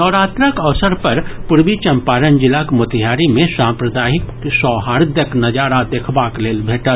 नवरात्रक अवसर पर पूर्वी चंपारण जिलाक मोतिहारी मे साम्प्रदायिक सौहार्दक नजारा देखबाक लेल भेटल